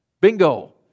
Bingo